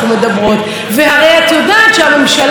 והרי את יודעת שהממשלה הבאה,